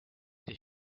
this